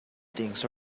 things